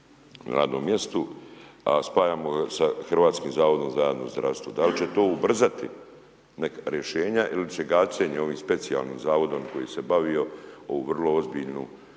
na radnom mjestu, a spajamo ga sa Hrvatskim zavodom za javno zdravstvo? Da li će to ubrzati rješenja ili će … ovim specijalnim zavodom koji se bavio ovu vrlo ozbiljnu